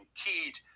keyed